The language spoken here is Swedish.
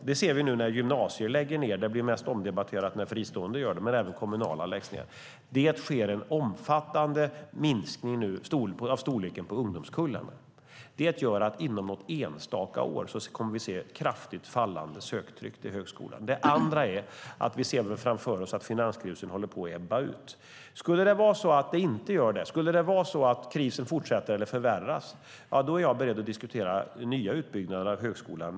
Det ser vi när gymnasier nu lägger ned. Det blir mest omdebatterat när fristående gör det, men även kommunala läggs ned. Det sker en omfattande minskning av storleken på ungdomskullarna nu, och det gör att vi om något enstaka år kommer att se ett kraftigt fallande söktryck till högskolan. Det andra är att vi ser framför oss att finanskrisen håller på att ebba ut. Skulle det vara så att den inte gör det, att krisen fortsätter eller förvärras, är jag beredd att diskutera nya utbyggnader av högskolan.